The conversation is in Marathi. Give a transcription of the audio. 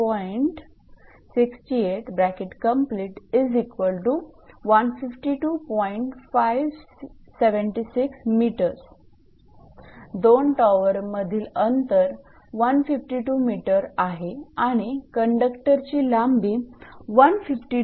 दोन टॉवर मधील अंतर 152 𝑚 आहे आणि कंडक्टरची लांबी 152